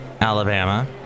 Alabama